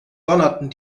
donnerten